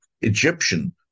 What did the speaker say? Egyptian